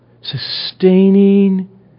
sustaining